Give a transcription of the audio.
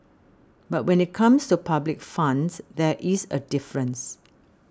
but when it comes to public funds there is a difference